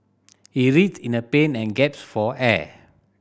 he writhed in a pain and gaps for air